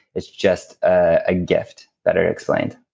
it's just a gift. better explained